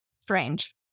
strange